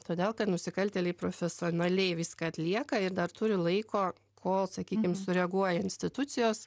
todėl nusikaltėliai profesionaliai viską atlieka ir dar turi laiko kol sakykim sureaguoja institucijos